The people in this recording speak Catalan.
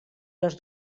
les